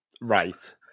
Right